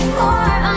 more